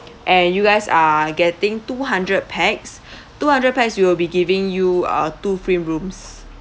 and you guys are getting two hundred pax two hundred pax we will be giving you uh two free rooms